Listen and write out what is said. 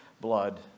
blood